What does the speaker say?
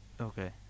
Okay